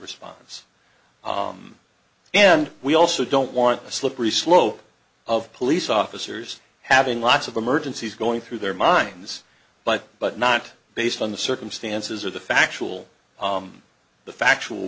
response and we also don't want a slippery slope of police officers having lots of emergencies going through their minds but but not based on the circumstances or the factual the factual